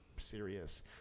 Serious